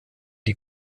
die